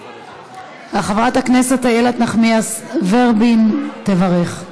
חברת הכנסת איילת נחמיאס ורבין תברך.